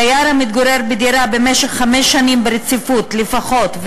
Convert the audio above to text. דייר המתגורר בדירה במשך חמש שנים ברציפות לפחות,